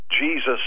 Jesus